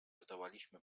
zdołaliśmy